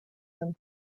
them